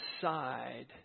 side